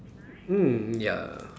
mm ya